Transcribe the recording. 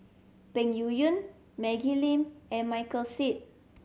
Peng Yuyun Maggie Lim and Michael Seet